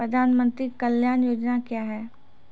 प्रधानमंत्री कल्याण योजना क्या हैं?